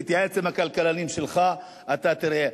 תתייעץ עם הכלכלנים שלך ותראה.